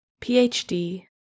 PhD